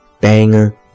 Banger